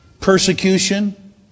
persecution